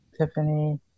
Tiffany